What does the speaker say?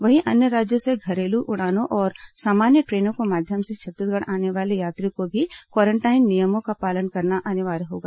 वहीं अन्य राज्यों से घरेलू उड़ानों और सामान्य ट्रेनों के माध्यम से छत्तीसगढ़ आने वाले यात्रियों को भी क्वारेंटाइन नियमों का पालन करना अनिवार्य होगा